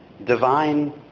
divine